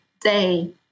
day